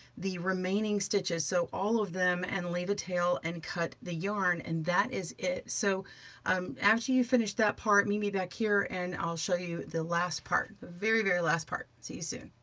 the remaining stitches, so all of them, and leave a tail and cut the yarn. and that is it. so um after you finish that part, meet me back here and i'll show you the last part, the very, very last part. see you soon.